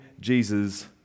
Jesus